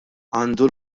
għandu